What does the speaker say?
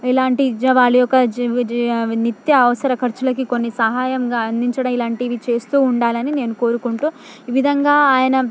ఇలాంటి విద్య వాళ్ళ యొక్క నిత్య అవసర ఖర్చులకి కొన్ని సహాయంగా అందించడం ఇలాంటివి చేస్తూ ఉండాలని నేను కోరుకుంటూ ఈ విధంగా ఆయన